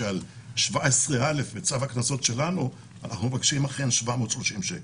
שבצו הקנסות שלנו אנחנו מבקשים 730 שקל,